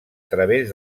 través